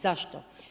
Zašto?